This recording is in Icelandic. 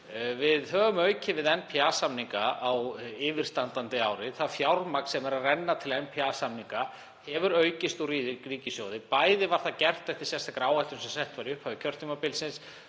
Við höfum aukið við NPA-samninga á yfirstandandi ári. Það fjármagn sem rennur til NPA-samninga hefur aukist úr ríkissjóði. Bæði var það gert eftir sérstakri áætlun sem sett var í upphafi kjörtímabilsins